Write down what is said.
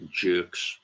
jerks